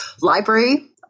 library